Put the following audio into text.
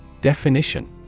Definition